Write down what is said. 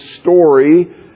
story